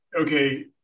okay